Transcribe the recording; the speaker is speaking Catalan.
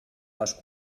les